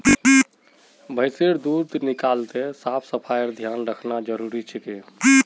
भैंसेर दूध निकलाते साफ सफाईर ध्यान रखना जरूरी छिके